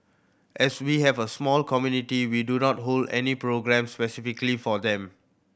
as we have a small community we do not hold any programmes specifically for them